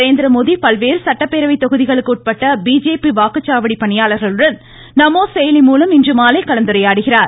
நரேந்திரமோடி பல்வேறு சட்டப்பேரவை தொகுதிகளுக்கு உட்பட்ட பிஜேபி வாக்குச்சாவடி பணியாளர்களுடன் நமோ செயலி மூலம் இன்றுமாலை கலந்துரையாடுகிறார்